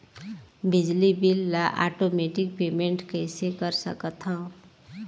बिजली बिल ल automatic payment कइसे कर सकथव?